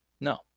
No